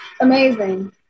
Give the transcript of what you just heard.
amazing